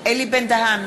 אלי בן-דהן,